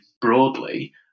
broadly